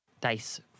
Dice